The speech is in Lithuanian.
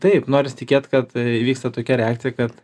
taip noris tikėt kad įvyksta tokia reakcija kad